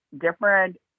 different